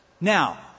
Now